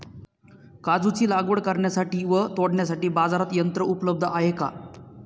काजूची लागवड करण्यासाठी व तोडण्यासाठी बाजारात यंत्र उपलब्ध आहे का?